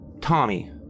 Tommy